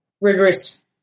rigorous